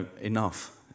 enough